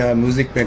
music